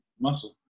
muscle